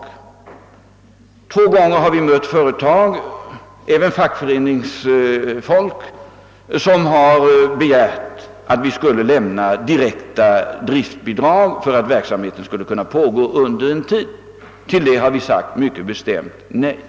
Vid två tillfällen har företagsledningar och även fackföreningsfolk begärt direkta driftbidrag för att fortsätta verksamheten under någon tid. Svaret på dessa framställningar har blivit ett mycket bestämt nej.